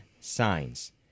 signs